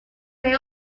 may